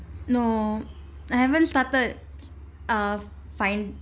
no I haven't started uh find